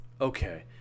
okay